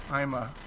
Ima